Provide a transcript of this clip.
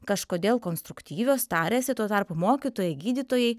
kažkodėl konstruktyvios tariasi tuo tarpu mokytojai gydytojai